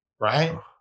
Right